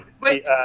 Wait